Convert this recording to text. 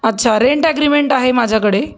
अच्छा rent agreement आहे माझ्याकडे